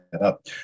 up